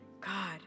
God